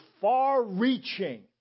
far-reaching